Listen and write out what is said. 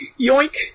Yoink